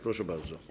Proszę bardzo.